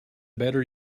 better